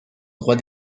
droit